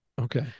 okay